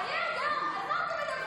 חיי אדם, על מה אתם מדברים?